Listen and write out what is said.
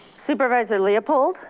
supervisor leopold.